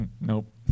nope